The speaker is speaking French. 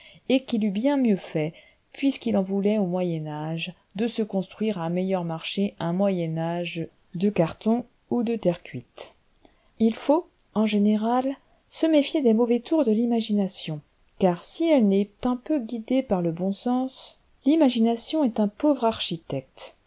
et qu'il eût bien mieux fait puisqu'il en voulait au moyen-âge de se construire à meilleur marché un moyen-âge de carton ou de terre cuite il faut en général se méfier des mauvais tours de l'imagination car si elle n'est un peu guidée par le bon sens l'imagination est un